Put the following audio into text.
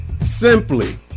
Simply